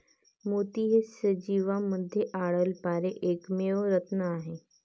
मोती हे सजीवांमध्ये आढळणारे एकमेव रत्न आहेत